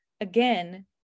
again